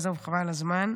עזוב, חבל על הזמן,